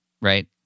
right